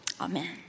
amen